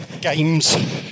games